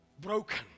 Broken